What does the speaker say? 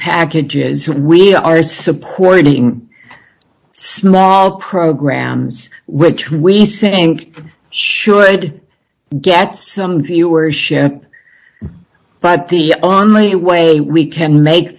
package is who we are supporting small programs which we think should get some viewership but the only way we can make